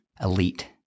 elite